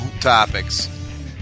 topics